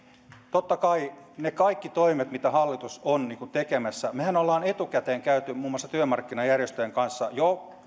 totta kai niistä kaikista toimista mitä hallitus on tekemässä mehän olemme etukäteen käyneet läpi muun muassa työmarkkinajärjestöjen kanssa jo